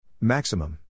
Maximum